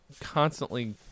constantly